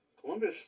Columbus